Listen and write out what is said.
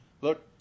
Look